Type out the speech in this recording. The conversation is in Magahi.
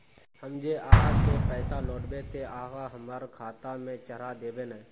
हम जे आहाँ के पैसा लौटैबे ते आहाँ हमरा खाता में चढ़ा देबे नय?